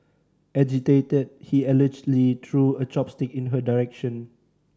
agitated he allegedly threw a chopstick in her direction